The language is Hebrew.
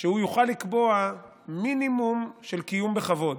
שהוא יוכל לקבוע מינימום של קיום בכבוד,